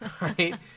right